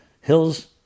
Hills